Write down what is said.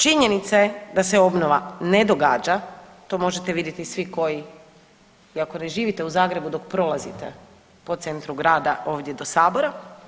Činjenica je da se obnova ne događa, to možete vidjeti svi koji iako ne živite u Zagrebu dok prolazite po centru grada ovdje do sabora.